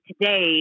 today